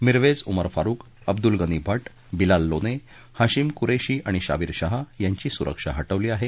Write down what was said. मिरवेझ उमर फारुक अब्दुल गनी भट बिलाल लोने हाशिम कुरेशी आणि शाबिर शाह यांची सुरक्षा हटवली आहे